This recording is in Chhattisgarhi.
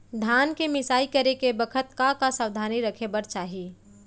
धान के मिसाई करे के बखत का का सावधानी रखें बर चाही?